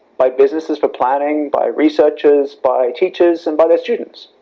by businesses for planning, by researchers, by teachers and by their students.